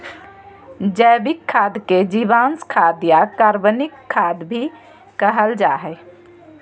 जैविक खाद के जीवांश खाद या कार्बनिक खाद भी कहल जा हइ